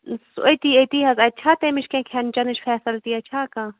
أتی أتی حظ اتپِ چھا تمِچ کینٛہہ کھیٚن چیٚنٕچ فیٚسلٹِیٖا چھا کانٛہہ